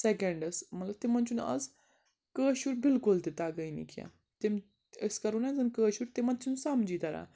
seconds مطلب تِمن چھُنہٕ آز کٲشُر بالکُل تہِ تَگٲنی کیٚنٛہہ تِم أسۍ کرو نہ زَن کٲشُر تِمن چھُنہٕ سمجی تَران